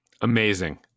Amazing